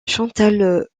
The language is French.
chantal